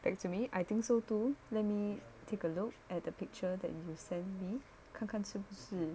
back to me I think so too let me take a look at the picture that you send me 看看是不是